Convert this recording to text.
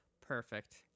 Perfect